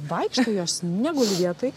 vaikšto jos neguli vietoj